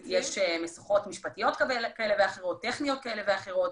יש משוכות משפטיות וטכניות כאלה ואחרות,